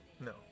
No